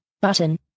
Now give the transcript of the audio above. button